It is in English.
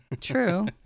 true